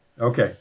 Okay